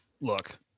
Look